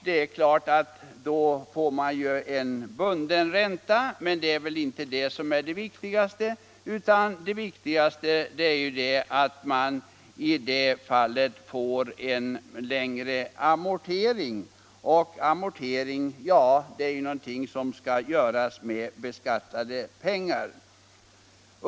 Det förhållandet att man då får en bunden ränta är nog inte det viktigaste skälet, utan det är att amorteringstiden blir längre. Och amorteringarna betalas ju med beskattade pengar.